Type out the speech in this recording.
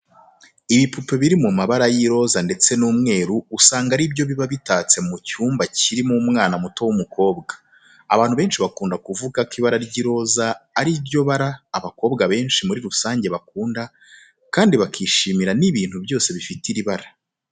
Ibipupe biri mu mabara y'iroze ndetse n'umweru usanga ari byo biba bitatse mu cyumba kiraramo umwana muto w'umukobwa. Abantu benshi bakunda kuvuga ko ibara ry'iroze ari ryo bara abakobwa benshi muri rusange bakunda kandi bakishimira n'ibintu byose bifite iri bara.